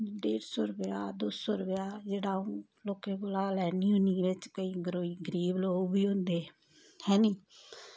डेढ़ सौ रपेआ दो सौ रपेआ जेह्ड़ा अ'ऊं लोकें कोला लैन्नी बिच कोई गरीब लोग बी होंदे ऐनी